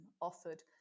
offered